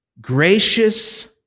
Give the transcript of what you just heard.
Gracious